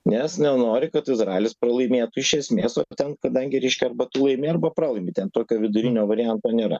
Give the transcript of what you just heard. nes nenori kad izraelis pralaimėtų iš esmės ten kadangi reiškia arba tu laimi arba pralaimi ten tokio vidurinio varianto nėra